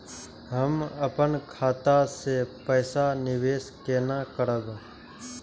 हम अपन खाता से पैसा निवेश केना करब?